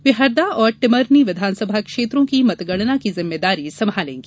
वे हरदा और टिमरनी विधानसभा क्षेत्रों की मतगणना की जिम्मेदारी संभालेंगी